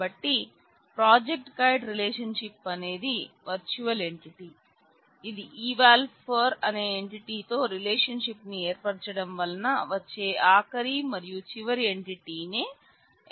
కాబట్టి project guide అని అంటాం